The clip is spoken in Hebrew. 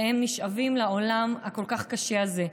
והם נשאבים לעולם הכל-כך קשה הזה.